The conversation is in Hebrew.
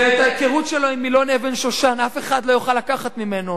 ואת ההיכרות שלו עם מילון אבן-שושן אף אחד לא יוכל לקחת ממנו,